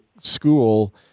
school